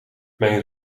mijn